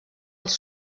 els